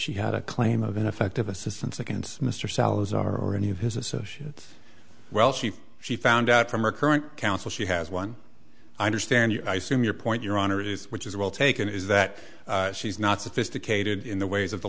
she had a claim of ineffective assistance against mr salazar or any of his associates well she she found out from her current counsel she has one i understand you i soon your point your honor is which is well taken is that she's not sophisticated in the ways of the